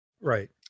Right